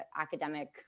academic